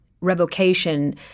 revocation